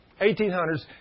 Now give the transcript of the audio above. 1800s